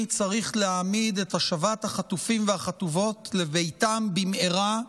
צריך להעמיד את השבת החטופים והחטופות לביתם במהרה,